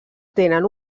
tenen